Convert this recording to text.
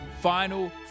final